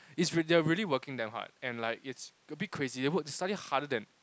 it's like they are really working very hard and it's a bit crazy they study harder than